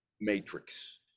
matrix